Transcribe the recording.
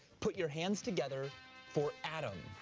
put your hands together for adam.